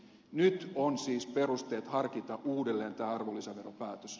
nyt on siis perusteet harkita uudelleen tämä arvonlisäveropäätös